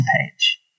page